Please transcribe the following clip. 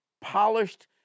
polished